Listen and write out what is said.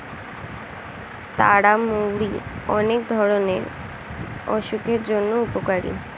তারা মৌরি অনেক ধরণের অসুখের জন্য উপকারী